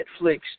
Netflix